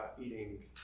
eating